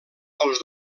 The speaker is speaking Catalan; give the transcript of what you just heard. els